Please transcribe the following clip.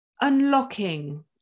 unlocking